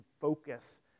focus